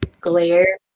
glare